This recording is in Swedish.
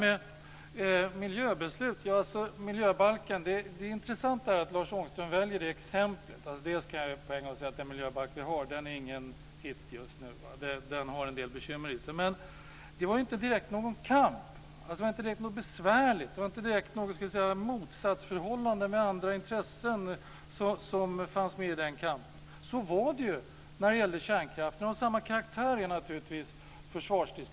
Sedan gäller det detta med miljöbeslut. Det är intressant att Lars Ångström väljer exemplet med miljöbalken. Jag kan med en gång säga att den miljöbalk som vi har inte är någon hit just nu. Det finns en del bekymmer med den. Men det var inte direkt någon kamp. Det var inte direkt något besvärligt. Det var inte direkt något motsatsförhållande i fråga om andra intressen i den kampen. Så var det ju när det gällde kärnkraften. Försvarsdiskussionen är naturligtvis av samma karaktär.